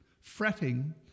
fretting